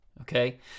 Okay